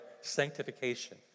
sanctification